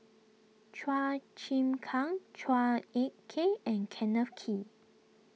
Chua Chim Kang Chua Ek Kay and Kenneth Kee